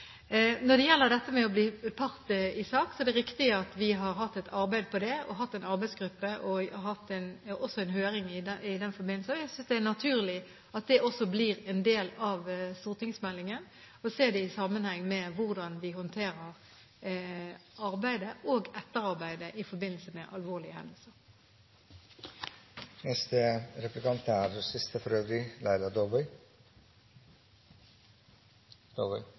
Når det gjelder dette med å bli part i sak, er det riktig at vi har hatt et arbeid på det. Vi har hatt en arbeidsgruppe, og vi har også hatt en høring i den forbindelse. Jeg synes det er naturlig at det også blir en del av stortingsmeldingen, og ser det i sammenheng med hvordan vi håndterer arbeidet og etterarbeidet i forbindelse med alvorlige hendelser. Jeg har et spørsmål om utrykningsgruppen. Så mange som 4 500 mennesker dør unaturlig på sykehusene hvert år, og det er